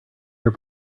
your